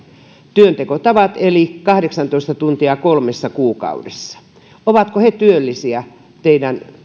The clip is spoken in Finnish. työntekotavat eli kahdeksantoista tuntia kolmessa kuukaudessa ovatko he työllisiä teidän